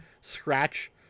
scratch